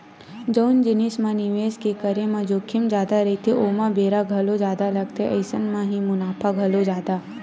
जउन जिनिस म निवेस के करे म जोखिम जादा रहिथे ओमा बेरा घलो जादा लगथे अइसन म ही मुनाफा घलो जादा होथे